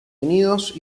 unidos